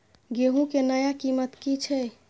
गेहूं के नया कीमत की छे?